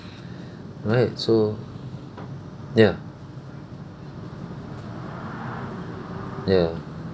right so ya ya